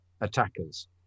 attackers